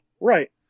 Right